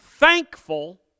Thankful